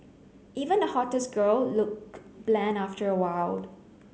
even the hottest girl look bland after awhile